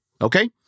okay